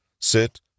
Sit